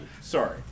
Sorry